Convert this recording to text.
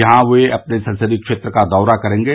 यहां वह अपने संसदीय क्षेत्र का दौरा करेंगे